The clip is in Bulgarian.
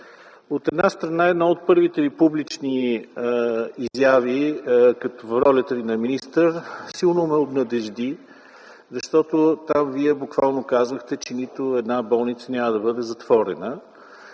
От една страна, една от първите Ви публични изяви в ролята Ви на министър силно ме обнадежди, защото там Вие буквално казахте, че нито една болница няма да бъде затворена